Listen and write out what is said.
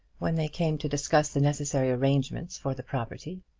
when they came to discuss the necessary arrangements for the property.